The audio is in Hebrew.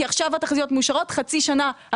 כי עכשיו התחזיות מאושרות חצי שנה,